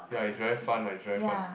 ya it's very fun ah it's very fun